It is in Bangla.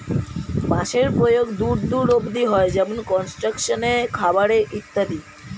বাঁশের প্রয়োগ দূর দূর অব্দি হয়, যেমন কনস্ট্রাকশন এ, খাবার এ ইত্যাদি